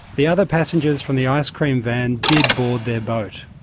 the other passengers from the ice cream van did board their boat.